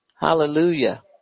hallelujah